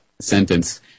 sentence